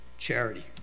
Charity